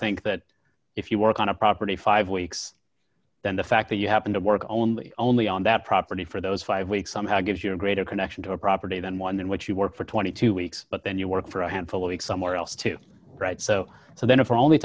think that if you work on a property five weeks then the fact that you happen to work only only on that property for those five weeks somehow gives you a greater connection to a property than one in which you work for twenty two weeks but then you work for a handful league somewhere else to write so so then if are only